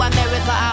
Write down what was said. America